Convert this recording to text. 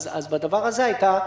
זה לא אותו דבר.